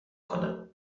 کنم